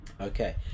Okay